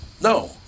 No